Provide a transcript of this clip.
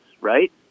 right